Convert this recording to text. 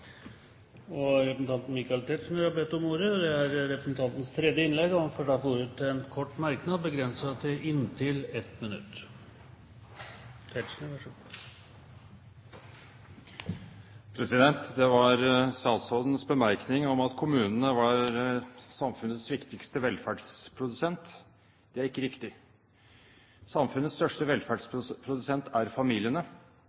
Michael Tetzschner har hatt ordet to ganger tidligere og får ordet til en kort merknad, begrenset til 1 minutt. Til statsrådens bemerkning om at kommunene er samfunnets viktigste velferdsprodusent: Det er ikke riktig. Samfunnets største